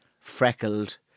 freckled